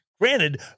Granted